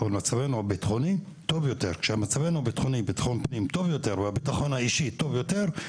כשמצבנו הביטחוני טוב יותר ומצב הביטחון האישי טוב יותר,